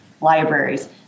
libraries